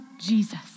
Jesus